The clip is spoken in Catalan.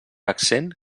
accent